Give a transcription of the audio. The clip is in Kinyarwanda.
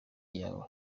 yawe